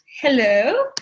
hello